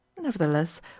nevertheless